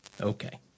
Okay